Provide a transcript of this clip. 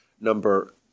Number